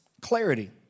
clarity